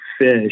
fish